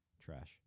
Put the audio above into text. trash